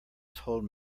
told